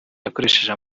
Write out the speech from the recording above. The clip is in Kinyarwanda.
yakoresheje